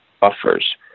buffers